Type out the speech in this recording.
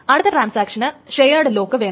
അടുത്ത ട്രാൻസാക്ഷന് shared lock വേണം